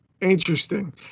interesting